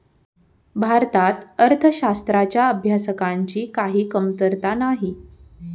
भारतात अर्थशास्त्राच्या अभ्यासकांची काही कमतरता नाही